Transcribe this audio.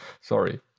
sorry